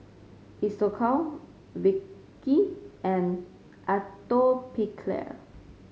Isocal Vichy and Atopiclair